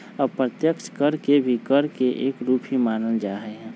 अप्रत्यक्ष कर के भी कर के एक रूप ही मानल जाहई